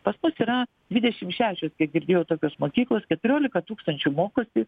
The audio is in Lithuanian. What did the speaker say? pas mus yra dvidešimt šešios kiek girdėjau tokios mokyklos keturiolika tūkstančių mokosi